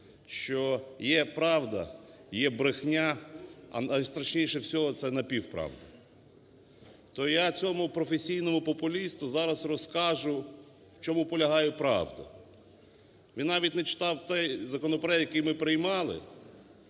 що є правда, є брехня, а найстрашніше всього - це напівправда. То я цьому професійному популісту зараз розкажу, в чому полягає правда. Він навіть не читав той законопроект, який ми приймали,